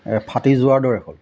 ফাটি যোৱাৰ দৰে হ'ল